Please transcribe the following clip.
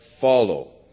follow